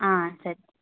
ஆ சரி